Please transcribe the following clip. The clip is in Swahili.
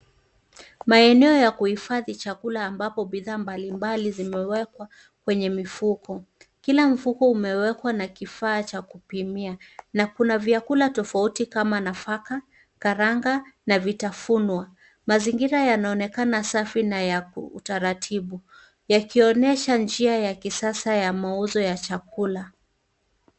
Maeneo ya kuhifadhi chakula ambapo bidhaa mbalimbali zimewekwa kwenye mifuko. Kila mfuko umewekwa na kifaa cha kupimia na kuna vyakula tofauti kama nafaka, karanga na vitafunwa. Mazingira yanaonekana safi na ya utaratibu yakionyesha njia ya kisasa ya mauzo ya chakula.